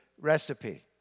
recipe